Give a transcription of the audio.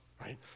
Right